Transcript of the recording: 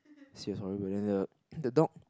serious horrible then the the dog